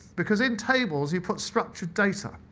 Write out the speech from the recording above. because in tables, you put structured data.